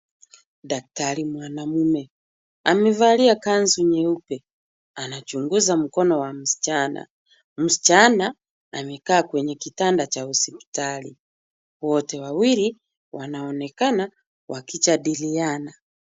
Daktari mwanaume, amevalia kanzu nyeupe anachunguza mkono wa msichana. Msichana amekaa kwenye kitanda cha hosipitali. Wote wawili wanaonekana wakijadiliana.